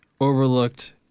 overlooked